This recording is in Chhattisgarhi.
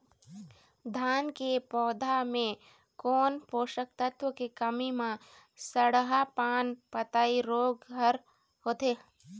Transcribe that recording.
धान के पौधा मे कोन पोषक तत्व के कमी म सड़हा पान पतई रोग हर होथे?